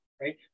right